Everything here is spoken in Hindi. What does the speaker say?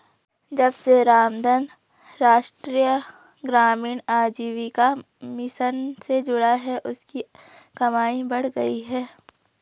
जब से रामधन राष्ट्रीय ग्रामीण आजीविका मिशन से जुड़ा है उसकी कमाई बढ़ गयी है